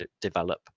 develop